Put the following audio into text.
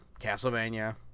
Castlevania